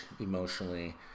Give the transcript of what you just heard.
emotionally